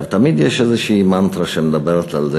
תמיד יש איזושהי מנטרה שמדברת על זה